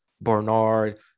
Bernard